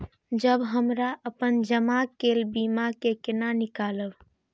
जब हमरा अपन जमा केल बीमा के केना निकालब?